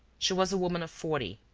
she was a woman of forty,